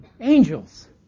angels